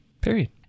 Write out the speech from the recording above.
period